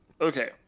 Okay